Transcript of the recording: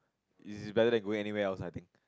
it's better than going anywhere else I think